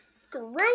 Screw